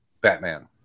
Batman